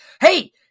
Hey